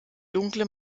dunkle